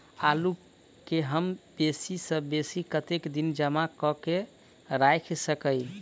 आलु केँ हम बेसी सऽ बेसी कतेक दिन जमा कऽ क राइख सकय